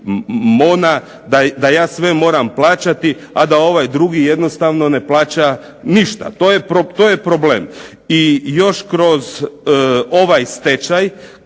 mona, da ja sve moram plaćati a da ovaj drugi jednostavno ne plaća ništa, to je problem. I još kroz ovaj stečaj